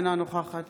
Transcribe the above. אינה נוכחת